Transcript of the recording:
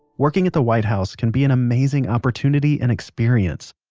working at the white house can be an amazing opportunity and experience.